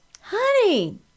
Honey